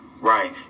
Right